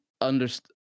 understand